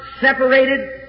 separated